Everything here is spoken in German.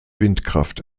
windkraft